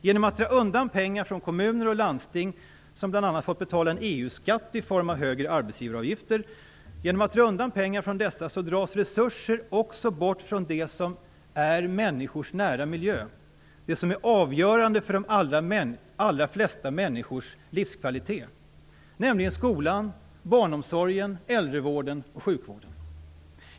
Genom att dra undan pengar från kommuner och landsting - som bl.a. fått betala en EU-skatt i form av högre arbetsgivaravgifter - dras resurser också bort från det som är människors nära miljö, det som är avgörande för de allra flesta människors livskvalitet, nämligen skolan, barnomsorgen, äldrevården och sjukvården.